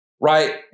Right